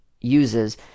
uses